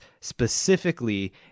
specifically